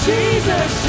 Jesus